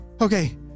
Okay